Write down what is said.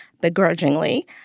begrudgingly